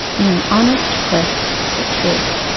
in an honest quest for truth.